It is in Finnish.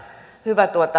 hyvä